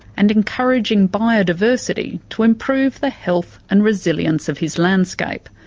and encouraging biodiversity to improve the health and resilience of his landscape.